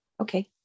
Okay